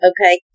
Okay